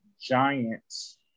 Giants